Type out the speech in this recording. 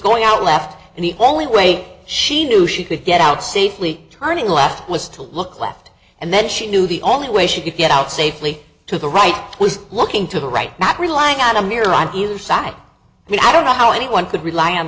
going out left and the only way she knew she could get out safely turning left was to look left and then she knew the only way she could get out safely to the right was looking to the right not relying on a mirror on either side i mean i don't know how anyone could rely on